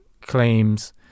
claims